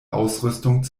ausrüstung